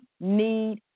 need